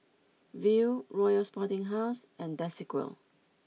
Viu Royal Sporting House and Desigual